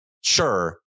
sure